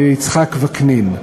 יצחק וקנין.